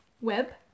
web